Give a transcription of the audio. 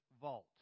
vault